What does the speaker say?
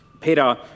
Peter